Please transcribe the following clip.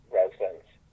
residents